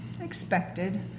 expected